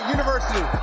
University